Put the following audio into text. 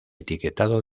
etiquetado